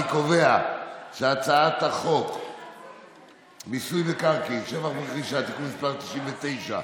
אני קובע שהצעת חוק מיסוי מקרקעין (שבח ורכישה) (תיקון מס' 99),